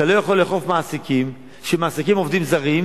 אתה לא יכול לאכוף מעסיקים שמעסיקים עובדים זרים